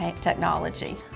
technology